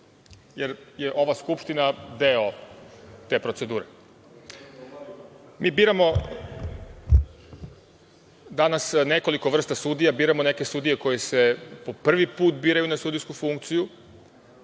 jer je ova Skupština deo te procedure. Mi biramo danas nekoliko vrsta sudija, biramo neke sudije koji se po prvi put biraju na sudijsku funkciju